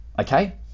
okay